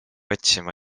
otsima